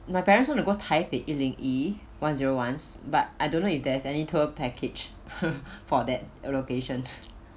my parents want to go taipei yi ling yi one zero one but I don't know if there's any tour package for that location